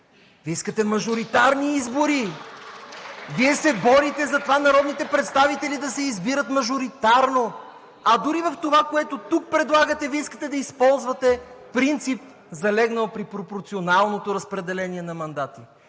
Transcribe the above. (Ръкопляскания от ГЕРБ-СДС). Вие се борите за това народните представители да се избират мажоритарно, а дори в това, което тук предлагате, Вие искате да използвате принцип, залегнал при пропорционалното разпределение на мандати.